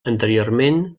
anteriorment